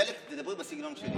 חלק תדברי בסגנון שלי.